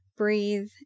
Breathe